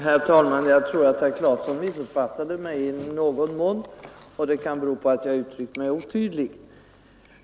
Herr talman! Jag tror att herr Claeson missuppfattade mig i någon mån, och det kan bero på att jag uttryckte mig otydligt.